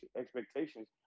expectations